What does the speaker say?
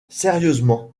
sérieusement